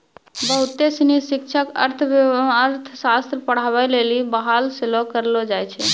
बहुते सिनी शिक्षक अर्थशास्त्र पढ़ाबै लेली बहाल सेहो करलो जाय छै